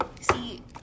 see